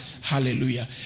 Hallelujah